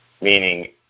meaning